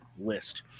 list